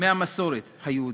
מהמסורת היהודית,